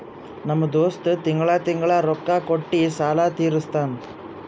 ನಮ್ ದೋಸ್ತ ತಿಂಗಳಾ ತಿಂಗಳಾ ರೊಕ್ಕಾ ಕೊಟ್ಟಿ ಸಾಲ ತೀರಸ್ತಾನ್